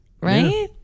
right